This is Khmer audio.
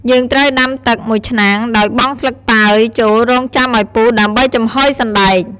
យើងត្រូវដាំទឹកមួយឆ្នាំង ដោយបង់ស្លឹកតើយចូល រង់ចាំឱ្យពុះ ដើម្បីចំហុយសណ្ដែក។